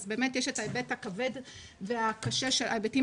יש את ההיבט הכבד והקשה של ההיבטים